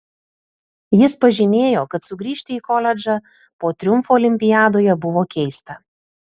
jis pažymėjo kad sugrįžti į koledžą po triumfo olimpiadoje buvo keista